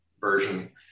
version